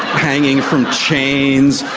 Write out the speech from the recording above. hanging from chains.